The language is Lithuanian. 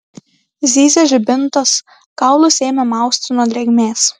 zyzė žibintas kaulus ėmė mausti nuo drėgmės